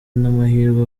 n’amahirwe